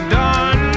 done